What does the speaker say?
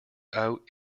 out